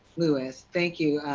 lewis. thank you.